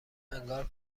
انگار